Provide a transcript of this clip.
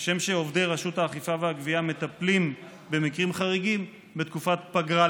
כשם שעובדי רשות האכיפה והגבייה מטפלים במקרים חריגים בתקופת פגרה,